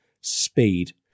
speed